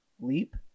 leap